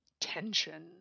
Tension